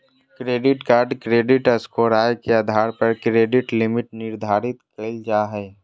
credit card credit score, आय के आधार पर क्रेडिट लिमिट निर्धारित कयल जा हइ